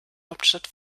hauptstadt